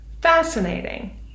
fascinating